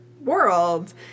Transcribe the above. world